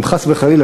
אם חס וחלילה,